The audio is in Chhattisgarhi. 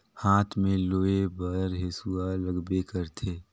हाथ में लूए बर हेसुवा लगबे करथे